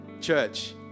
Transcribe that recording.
church